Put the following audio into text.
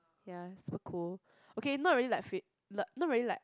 ya so cool okay not really fa~ like not really like